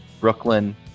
Brooklyn